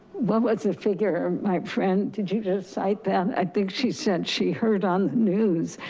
what was the figure? my friend did you just cite them? i think she said she heard on the news,